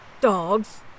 Dogs